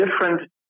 different